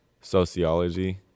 sociology